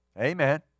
Amen